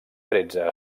tretze